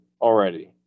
already